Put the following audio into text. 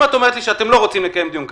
אם את אומרת לי שאתם לא רוצים לקיים דיון כזה,